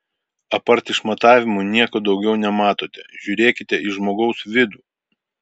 apart išmatavimų nieko daugiau nematote žiūrėkite į žmogaus vidų